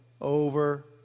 over